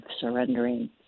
surrendering